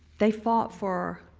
they fought for